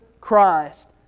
Christ